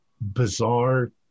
bizarre